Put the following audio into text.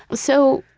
but so,